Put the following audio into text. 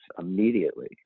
immediately